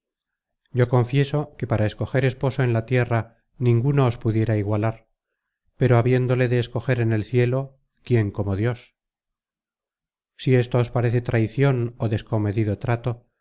yo confieso que para escoger esposo en la tierra ninguno os pudiera igualar pero habiéndole de escoger en el cielo quién como dios si esto os parece traicion ó descomedido trato